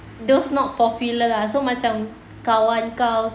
those not popular lah so macam kawan kau